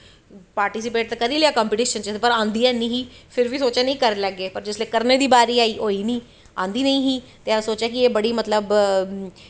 participate ते करी लेआ कंपिटिशन च पर आंदी ऐही नी फिर बी सोचेआ कि करा लैगे पर जिसलै करनें दी बारी आई ते होई नी ईंदी नेंई ही ते असैं सोचेआ एह् बड़ा मतलव